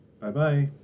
Bye-bye